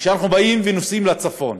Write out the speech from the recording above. כשאנחנו נוסעים לצפון,